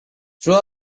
throw